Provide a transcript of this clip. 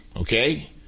okay